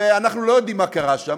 ואנחנו לא יודעים מה קרה שם,